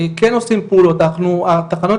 כן עושים פעולות, התחנות